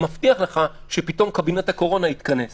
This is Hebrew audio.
אני מבטיח לך שקבינט הקורונה יתכנס פתאום.